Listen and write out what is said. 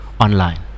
online